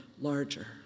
larger